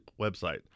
website